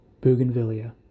Bougainvillea